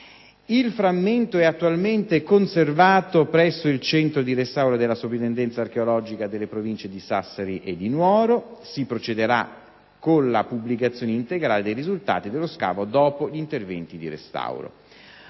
Il frammento è attualmente conservato presso il centro di restauro della Soprintendenza archeologica delle Province di Sassari e Nuoro. Si procederà con la pubblicazione integrale dei risultati dello scavo dopo gli interventi di restauro.